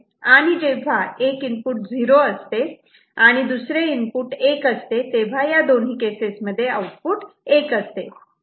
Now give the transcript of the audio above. आणि जेव्हा एक इनपुट 0 असते आणि दुसरे इनपुट 1 असते तेव्हा या दोन्ही केसेस मध्ये आउटपुट 1 असते